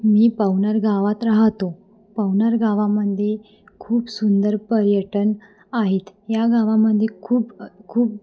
मी पवनार गावात राहतो पवनार गावामध्ये खूप सुंदर पर्यटन आहेत या गावामध्ये खूप खूप